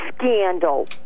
scandal